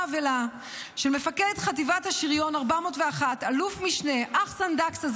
האבלה של מפקד חטיבת השריון 401 אלוף משנה אחסאן דקסה,